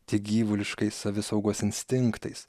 tik gyvuliškais savisaugos instinktais